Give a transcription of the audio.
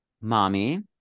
Mommy